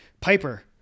Piper